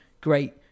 great